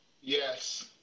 Yes